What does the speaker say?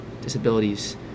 disabilities